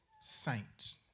saints